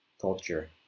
culture